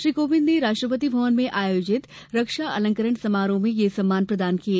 श्री कोविंद ने राष्ट्रपति भवन में आयोजित रक्षा अलंकरण समारोह में ये सम्मान प्रदान किए